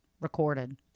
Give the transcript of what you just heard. recorded